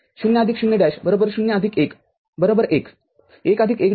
0 0' 0 1 1 1 1' 1 0